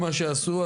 מה שעשו,